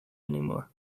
anymore